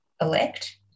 elect